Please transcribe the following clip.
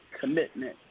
Commitment